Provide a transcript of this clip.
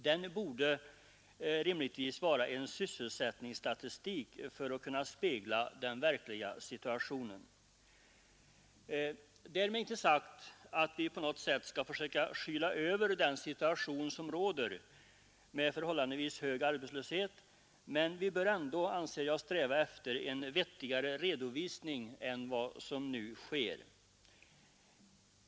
Den borde rimligtvis vara en sysselsättningsstatistik för att kunna spegla den verkliga situationen. Därmed har jag inte sagt att vi på något sätt skall försöka skyla över den situation som råder med förhållandevis hög arbetslöshet. Men vi bör ändå, anser jag, sträva efter en vettigare redovisning än den som nu sker.